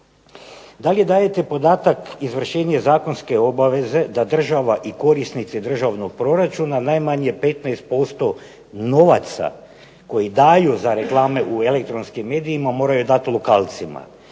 Dalje dajete podatak izvršenje zakonske obaveze da država i korisnici državnog proračuna najmanje 15% novaca koji daju za reklame u elektronskim medijima moraju dati lokalcima.